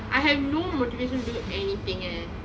I have no motivation to do anything leh